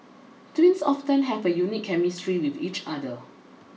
twins often have a unique chemistry with each other